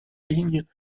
lignes